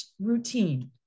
routine